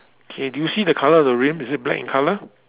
K do you see the color of the rim is it black in color